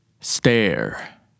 stare